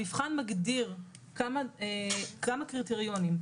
המבחן מגדיר כמה קריטריונים,